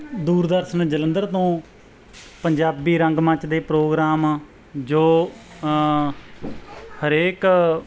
ਦੂਰਦਰਸ਼ਨ ਜਲੰਧਰ ਤੋਂ ਪੰਜਾਬੀ ਰੰਗਮੰਚ ਦੇ ਪ੍ਰੋਗਰਾਮ ਜੋ ਹਰੇਕ